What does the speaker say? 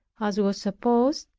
as was supposed,